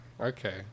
okay